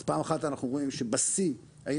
אז פעם אחת אנחנו רואים שבשיא היינו